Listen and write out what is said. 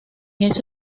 ese